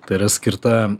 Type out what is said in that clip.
tai yra skirta